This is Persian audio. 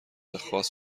خاص